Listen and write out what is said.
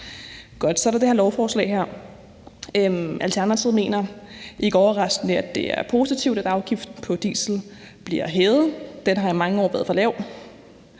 overraskende, at det er positivt, at afgiften på diesel bliver hævet. Den har i mange år været for lav,